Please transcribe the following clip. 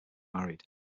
married